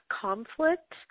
conflict